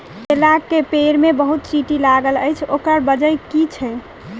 केला केँ पेड़ मे बहुत चींटी लागल अछि, ओकर बजय की छै?